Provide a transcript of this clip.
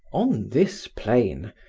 on this plane,